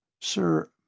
Sir